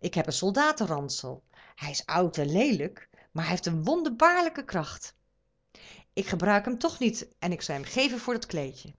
ik heb een soldatenransel hij is oud en leelijk maar hij heeft een wonderbare kracht ik gebruik hem toch niet en ik zal hem je geven voor dat kleedje